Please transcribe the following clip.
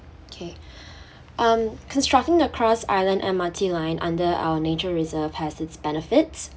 okay um constructing the cross island M_R_T line under our nature reserve has its benefits